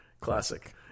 classic